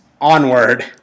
onward